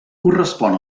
correspon